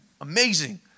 amazing